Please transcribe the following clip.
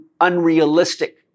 unrealistic